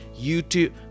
youtube